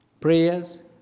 prayers